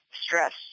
stress